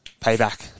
Payback